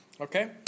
Okay